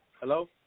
Hello